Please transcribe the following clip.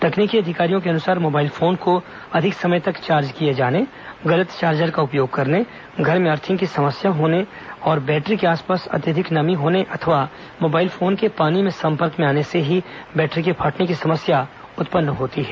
तकनीकी अधिकारियों के अनुसार मोबाईल फोन को अधिक समय तक चार्ज किए जाने गलत चार्जर का उपयोग करने घर में अर्थिंग की समस्या होने बैटरी के आसपास अत्यधिक नमी होने अथवा मोबाईल फोन के पानी में सम्पर्क में आने से ही बैटरी के फटने की समस्या उत्पन्न हो सकती है